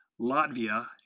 Latvia